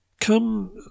come